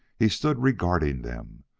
he stood regarding them,